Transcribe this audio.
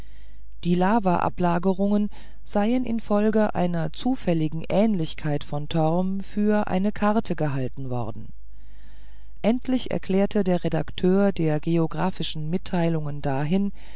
die lavaablagerungen seien infolge einer zufälligen ähnlichkeit von torm für eine karte gehalten worden endlich erklärte sich der redakteur der geographischen mitteilungen dahin